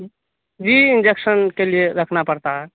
جی injection کے لیے رکھنا پڑتا ہے